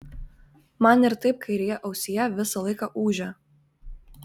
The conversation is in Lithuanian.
man ir taip kairėje ausyje visą laiką ūžia